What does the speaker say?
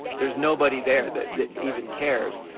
there's nobody there that that even cares